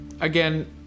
Again